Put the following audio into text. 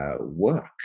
work